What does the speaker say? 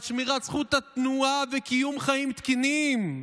על שמירת זכות התנועה וקיום חיים תקינים,